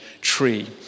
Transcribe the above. tree